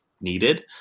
needed